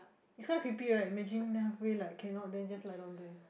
this car creepy right imagine then halfway like cannot then it just lie down there